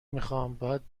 میخواهم، باید